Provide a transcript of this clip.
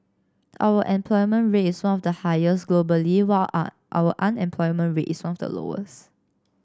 our employment rate is one of the highest globally while our our unemployment rate is one of the lowest